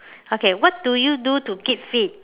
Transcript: okay what do you do to keep fit